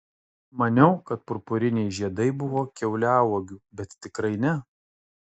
maniau kad purpuriniai žiedai buvo kiauliauogių bet tikrai ne